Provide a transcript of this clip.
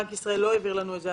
בנק ישראל לא העביר לנו את זה.